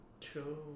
True